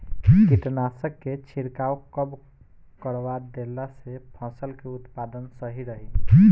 कीटनाशक के छिड़काव कब करवा देला से फसल के उत्पादन सही रही?